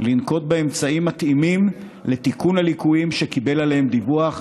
לנקוט אמצעים מתאימים לתיקון הליקויים שקיבל עליהם דיווח,